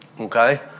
Okay